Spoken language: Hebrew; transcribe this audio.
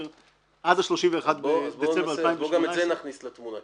עד ה-31 בדצמבר 2018. בוא גם את זה נכניס לתמונה,